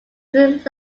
through